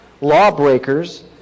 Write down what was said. lawbreakers